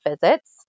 visits